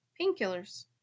Painkillers